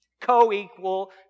co-equal